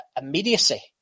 immediacy